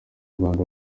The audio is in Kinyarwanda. rwanda